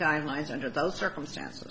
guidelines under those circumstances